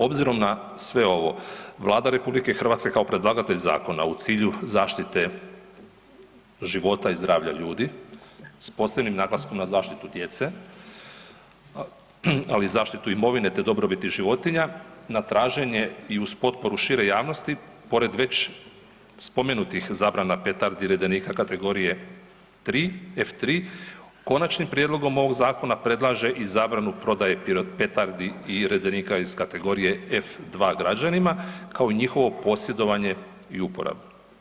Obzirom na sve ovo Vlada RH kao predlagatelj zakona u cilju zaštite života i zdravlja ljudi s posebnim naglaskom na zaštitu djece, ali i zaštitu imovine, te dobrobiti životinja na traženje i uz potporu šire javnosti pored već spomenutih zabrana petardi i redenika kategorije 3, F-3 konačnim prijedlogom ovog zakona predlaže i zabranu prodaje petardi i redenika iz kategorije F-2 građanima kao njihovo posjedovanje i uporabu.